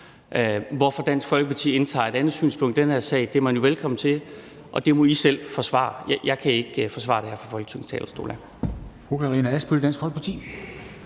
Hvorfor Dansk Folkeparti indtager et andet synspunkt i den her sag, ved jeg ikke – det er man jo velkommen til, og det må I selv forsvare; jeg kan ikke forsvare det her fra Folketingets talerstol.